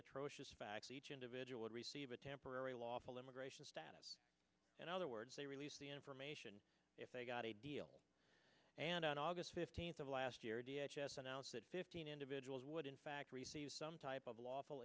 atrocious facts each individual would receive a temporary lawful immigration status and other words they release the information if they got a deal and on august fifteenth of last year d s s announced that fifteen individuals would in fact receive some type of lawful